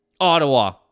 Ottawa